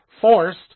forced